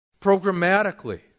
Programmatically